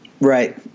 Right